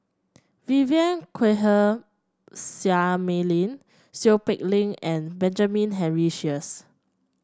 Vivien Quahe Seah Mei Lin Seow Peck Leng and Benjamin Henry Sheares